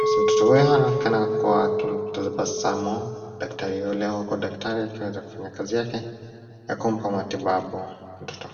Basi mtoto huyo anaonekana kuwa akimtabasamu daktari yule huku daktari akiweza kufanya kazi yake ya kumpa matibabu mtoto.